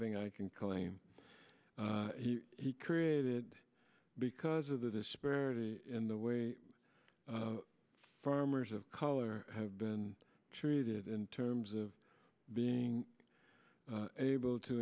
thing i can claim he created because of the disparity in the way farmers of color have been treated in terms of being able to